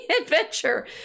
adventure